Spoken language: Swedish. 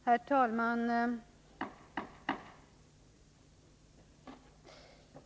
Herr talman!